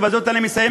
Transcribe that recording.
ובזאת אני מסיים,